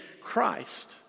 Christ